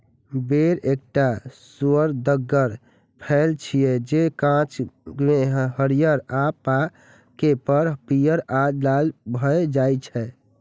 बेर एकटा सुअदगर फल छियै, जे कांच मे हरियर आ पाके पर पीयर आ लाल भए जाइ छै